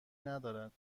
ندارد